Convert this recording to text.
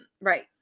Right